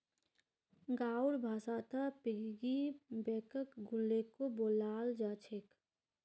गाँउर भाषात पिग्गी बैंकक गुल्लको बोलाल जा छेक